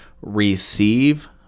receive